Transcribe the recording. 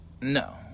no